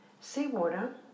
Seawater